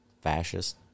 fascist